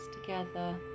together